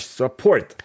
support